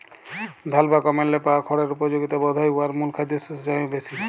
ধাল বা গমেল্লে পাওয়া খড়ের উপযগিতা বধহয় উয়ার মূল খাদ্যশস্যের চাঁয়েও বেশি